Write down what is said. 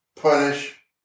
punish